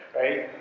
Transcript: right